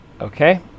Okay